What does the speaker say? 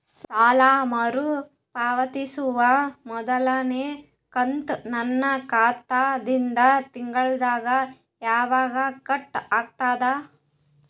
ಸಾಲಾ ಮರು ಪಾವತಿಸುವ ಮೊದಲನೇ ಕಂತ ನನ್ನ ಖಾತಾ ದಿಂದ ತಿಂಗಳದಾಗ ಯವಾಗ ಕಟ್ ಆಗತದ?